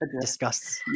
discuss